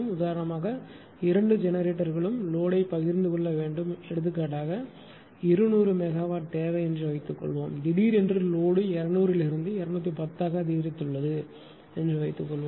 உதாரணமாக இரண்டு ஜெனரேட்டர்களும் லோடுயை பகிர்ந்து கொள்ள வேண்டும் எடுத்துக்காட்டாக 200 மெகாவாட் தேவை என்று வைத்துக்கொள்வோம் திடீரென்று லோடு 200 லிருந்து 210 ஆக அதிகரித்துள்ளது என்று வைத்துக்கொள்வோம்